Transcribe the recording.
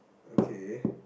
okay